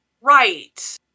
right